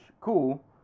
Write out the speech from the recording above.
cool